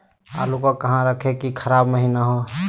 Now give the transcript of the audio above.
आलू को कहां रखे की खराब महिना हो?